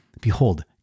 Behold